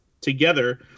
together